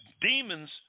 Demons